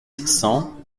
cent